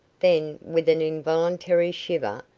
then, with an involuntary shiver,